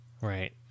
right